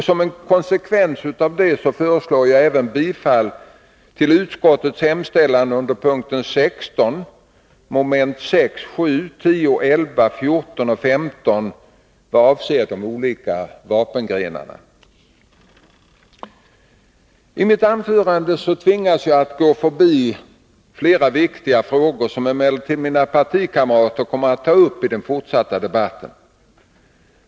Som en konsekvens därav föreslår jag även bifall till utskottets hemställan under punkt 16, mom. 6, 7, 10, 11, 14 och 15 vad avser de olika vapengrenarna. I mitt anförande tvingas jag gå förbi flera viktiga frågor, som emellertid mina partikamrater kommer att ta upp i den fortsatta debatten.